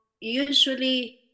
usually